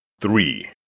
three